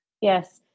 Yes